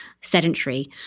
sedentary